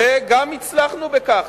שלא ידבר, וגם הצלחנו בכך.